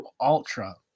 Ultra